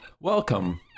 Welcome